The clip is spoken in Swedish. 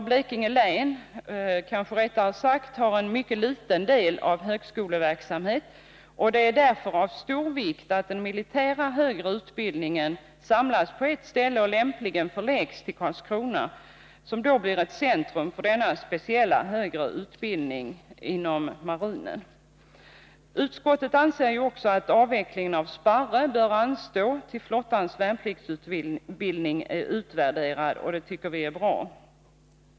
Blekinge län har mycket litet högskoleverksamhet, och det är därför av stor vikt att den militära högre utbildningen samlas på ett ställe och lämpligen förläggs till Karlskrona, som då blir ett centrum för denna speciella högre utbildning inom marinen. Utskottet anser ju att avvecklingen av Sparre bör anstå till dess flottans värnpliktsutbildning är utvärderad, och det tycker jag är bra.